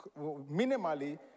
minimally